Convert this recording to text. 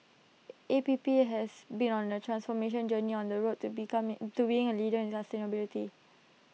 A P P has been on A transformation journey on the road to becoming to being A leader in sustainability